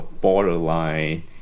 borderline